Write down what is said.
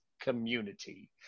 community